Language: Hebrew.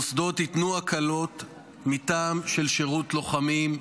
ישראל מוסדות ייתנו הקלות מטעם של שירות לוחמים,